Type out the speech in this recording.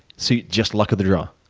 so just luck of the draw?